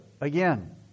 again